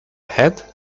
head